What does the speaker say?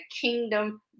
kingdom